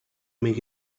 make